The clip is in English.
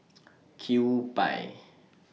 Kewpie